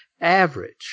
average